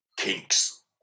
kinks